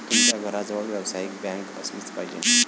तुमच्या घराजवळ व्यावसायिक बँक असलीच पाहिजे